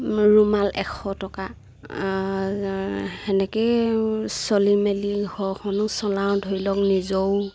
ৰুমাল এশ টকা সেনেকেই চলি মেলি ঘৰখনো চলাওঁ ধৰি লওক নিজেও